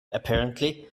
apparently